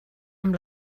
amb